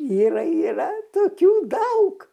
yra yra tokių daug